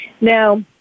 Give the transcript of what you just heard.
Now